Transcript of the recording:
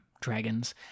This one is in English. dragons